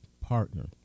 partner